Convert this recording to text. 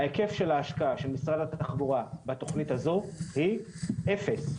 היקף ההשקעה של משרד התחבורה בתוכנית הזו היא אפס.